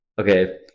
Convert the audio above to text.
okay